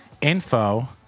info